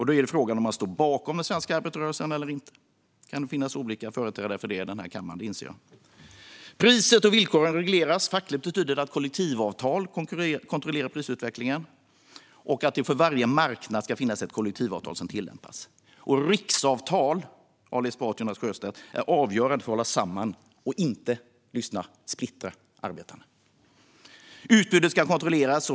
Då är det fråga om att stå bakom den svenska arbetarrörelsen eller inte. Vad gäller detta kan det finnas olika företrädare i den här kammaren. Det inser jag. Den andra är att priset och villkoren regleras. Fackligt betyder det att kollektivavtal kontrollerar prisutvecklingen och att det för varje marknad ska finnas ett kollektivavtal som tillämpas. Riksavtal, Ali Esbati och Jonas Sjöstedt, är avgörande för att hålla samman och inte - lyssna! - splittra arbetarna. Den tredje är att utbudet ska kontrolleras.